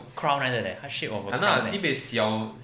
crown 来的 leh 它 shape of a crown